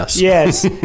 yes